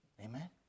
Amen